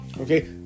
Okay